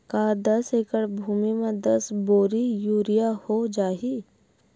का दस एकड़ भुमि में दस बोरी यूरिया हो जाही?